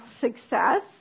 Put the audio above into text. success